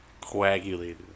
Coagulated